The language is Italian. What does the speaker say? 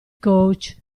coach